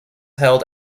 held